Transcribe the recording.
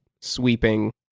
sweeping